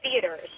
theaters